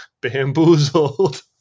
bamboozled